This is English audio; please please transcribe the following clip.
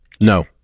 No